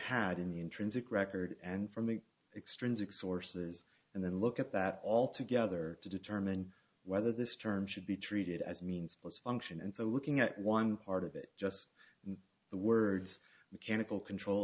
had in the intrinsic record and from me extrinsic sources and then look at that all together to determine whether this term should be treated as means was function and so looking at one part of it just the words mechanical control